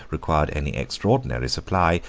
required any extraordinary supply,